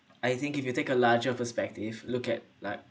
I think if you take a larger perspective look at like